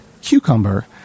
Cucumber